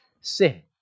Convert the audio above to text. sin